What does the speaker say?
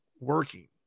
working